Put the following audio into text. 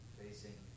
facing